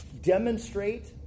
demonstrate